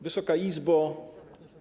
Wysoka Izbo!